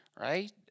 right